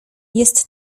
jest